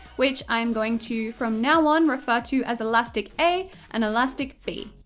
which i'm going to from now on refer to as elastic a and elastic b.